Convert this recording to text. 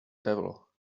devil